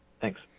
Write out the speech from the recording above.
Thanks